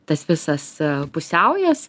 tas visas pusiaujas